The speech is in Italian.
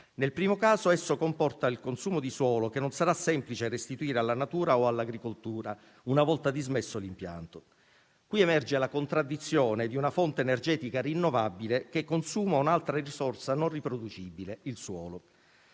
Nel primo caso, esso comporta il consumo di suolo, che non sarà semplice restituire alla natura o all'agricoltura una volta dismesso l'impianto. Qui emerge la contraddizione di una fonte energetica rinnovabile che consuma un'altra risorsa non riproducibile, il suolo.